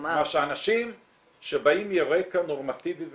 כלומר שאנשים שבאים מרקע נורמטיבי ומתפקד,